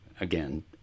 Again